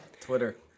Twitter